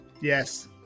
Yes